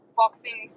boxing